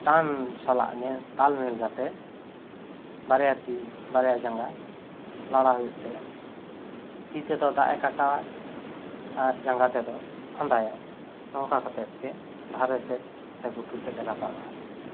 ᱴᱟᱱ ᱥᱟᱞᱟᱜ ᱜᱮ ᱛᱟᱞ ᱢᱮᱞᱟᱣ ᱠᱟᱛᱮᱜ ᱵᱟᱨᱭᱟ ᱛᱤ ᱵᱟᱨᱭᱟ ᱡᱟᱸᱜᱟ ᱞᱟᱲᱟ ᱦᱩᱭᱩᱜ ᱛᱟᱭᱟ ᱛᱤ ᱛᱮᱫᱚ ᱫᱟᱜ ᱮ ᱠᱟᱴᱟᱣᱼᱟ ᱟᱨ ᱡᱟᱸᱜᱟ ᱛᱮᱫᱚᱭ ᱯᱷᱟᱸᱫᱟᱭᱟ ᱱᱚᱝᱠᱟ ᱠᱟᱛᱮᱫ ᱜᱮ ᱫᱷᱟᱨᱮ ᱥᱮᱫ ᱥᱮ ᱜᱷᱩᱴᱩ ᱥᱮᱫ ᱮ ᱨᱟᱠᱟᱵ ᱟᱭ